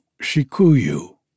Shikuyu